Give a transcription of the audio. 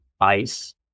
ice